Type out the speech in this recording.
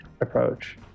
approach